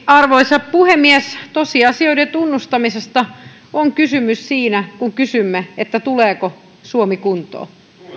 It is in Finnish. arvoisa puhemies tosiasioiden tunnustamisesta on kysymys siinä kun kysymme tuleeko suomi kuntoon